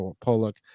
Pollock